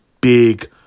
big